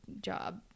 job